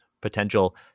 potential